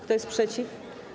Kto jest przeciw?